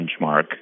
benchmark